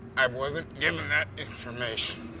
i wasn't given that information.